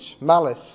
malice